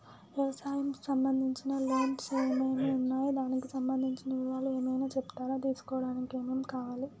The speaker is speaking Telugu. వ్యవసాయం సంబంధించిన లోన్స్ ఏమేమి ఉన్నాయి దానికి సంబంధించిన వివరాలు ఏమైనా చెప్తారా తీసుకోవడానికి ఏమేం కావాలి?